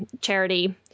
charity